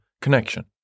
connection